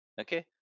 Okay